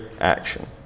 action